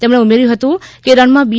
તેમને ઉમેર્થું હતું કે રણમાં બી